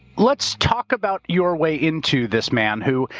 let's talk about your way into this man who,